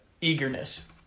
eagerness